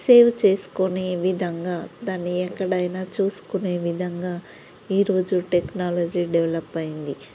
save చేసుకునే విధంగా దాని ఎక్కడైనా చూసుకునే విధంగా ఈరోజు టెక్నాలజీ డెవలప్ అయింది